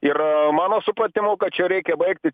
ir mano supratimu kad čia reikia baigti